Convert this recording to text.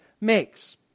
makes